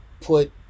put